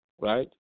right